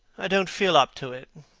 i don't feel up to it,